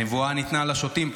הנבואה ניתנה לשוטים,